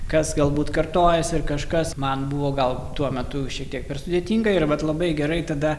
kas galbūt kartojasi ir kažkas man buvo gal tuo metu šiek tiek per sudėtinga ir vat labai gerai tada